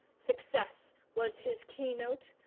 success was his key-note,